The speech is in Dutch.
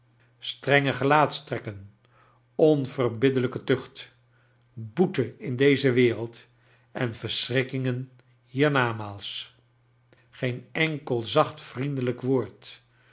strenge gelaatstrekken onverbiddelrjke tucht boete in deze wereld en verschrikkingen biernamaals geen enkel zacht vriendelijk woord